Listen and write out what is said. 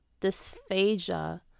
dysphagia